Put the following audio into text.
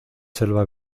selva